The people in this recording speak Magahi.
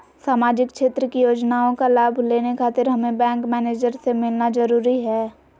सामाजिक क्षेत्र की योजनाओं का लाभ लेने खातिर हमें बैंक मैनेजर से मिलना जरूरी है?